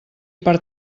per